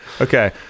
Okay